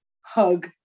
hug